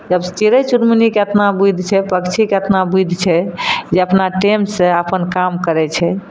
जब चिड़य चुनमुनीके अपना बुद्धि छै पक्षीके अपना बुद्धि छै जे अपना टाइमसँ अपन काम करय छै